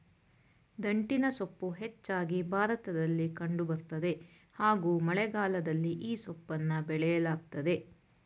ದಂಟಿನಸೊಪ್ಪು ಹೆಚ್ಚಾಗಿ ಭಾರತದಲ್ಲಿ ಕಂಡು ಬರ್ತದೆ ಹಾಗೂ ಮಳೆಗಾಲದಲ್ಲಿ ಈ ಸೊಪ್ಪನ್ನ ಬೆಳೆಯಲಾಗ್ತದೆ